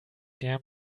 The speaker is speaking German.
der